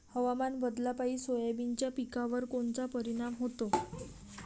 हवामान बदलापायी सोयाबीनच्या पिकावर कोनचा परिणाम होते?